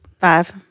Five